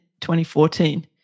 2014